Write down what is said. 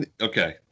Okay